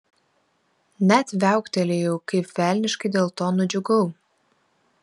net viauktelėjau kaip velniškai dėl to nudžiugau